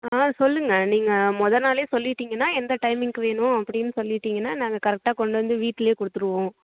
ஆ சொல்லுங்க நீங்கள் மொதல் நாளே சொல்லிட்டிங்கன்னால் எந்த டைமிங்க்கு வேணும் அப்படின்னு சொல்லிட்டிங்கன்னால் நாங்கள் கரெக்டாக கொண்டு வந்து வீட்டிலேயே கொடுத்துருவோம்